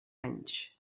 anys